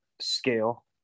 scale